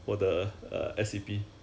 还有三个月 lah